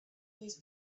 these